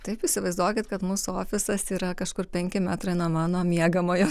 taip įsivaizduokit kad mūsų ofisas yra kažkur penki metrai nuo mano miegamojo